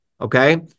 okay